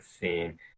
seen